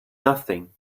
nothing